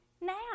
now